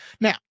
Now